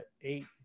eight